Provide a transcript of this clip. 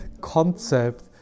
concept